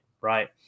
right